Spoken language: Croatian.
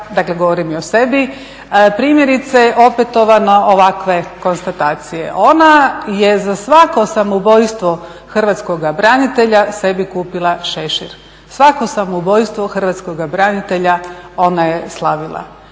dakle govorim o sebi, primjerice opetovano ovakve konstatacije. Ona je za svako samoubojstvo hrvatskoga branitelja sebi kupila šešir, svako samoubojstvo hrvatskoga branitelja ona je slavila.